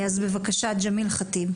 בבקשה, ג'מיל חטיב.